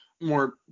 more